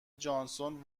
جانسون